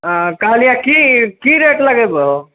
आँ कहलिऽ की की रेट लगेबहो